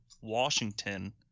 Washington